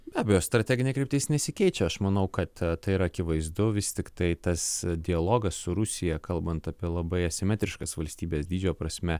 be abejo strateginė kryptis nesikeičia aš manau kad tai yra akivaizdu vis tiktai tas dialogas su rusija kalbant apie labai asimetriškas valstybes dydžio prasme